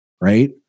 Right